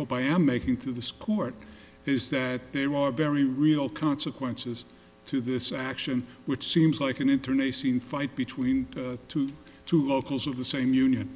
hope i am making to the score is that there are very real consequences to this action which seems like an intern a seen fight between two two locals of the same union